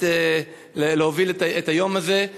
להוביל את היום הזה.